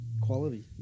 quality